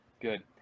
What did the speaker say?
Good